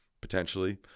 potentially